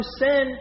sin